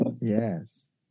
yes